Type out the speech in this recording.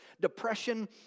depression